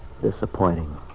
Disappointing